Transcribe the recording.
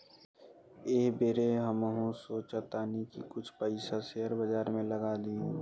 एह बेर हमहू सोचऽ तानी की कुछ पइसा शेयर बाजार में लगा दी